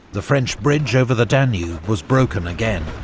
the french bridge over the danube was broken again,